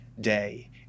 day